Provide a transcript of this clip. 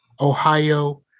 Ohio